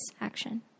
action